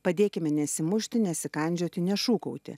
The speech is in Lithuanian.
padėkime nesimušti nesikandžioti nešūkauti